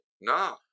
No